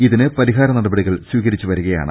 ഇതിന് പരിഹാര നടപടികൾ സ്വീകരിച്ചുവരികയാണ്